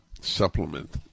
supplement